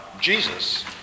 Jesus